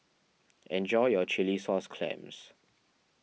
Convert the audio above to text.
enjoy your Chilli Sauce Clams